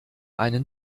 einen